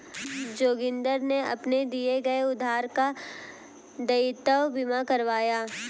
जोगिंदर ने अपने दिए गए उधार का दायित्व बीमा करवाया